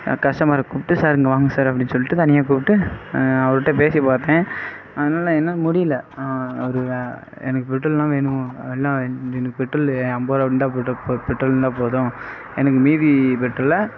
கஸ்டமரை கூப்பிட்டு சார் இங்கே வாங்க சார் அப்படீன்னு சொல்லிட்டு தனியாக கூப்பிட்டு அவர்கிட்ட பேசி பார்த்தேன் அதனால் என்னால் முடியல அவர் எனக்கு பெட்ரோல் தான் வேணும் எல்லா பெட்ரோல் ஐம்பது ரூபா பெட்ரோல் இருந்தால் போதும் எனக்கு மீதி பெட்ரோலை